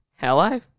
Hello